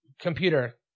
Computer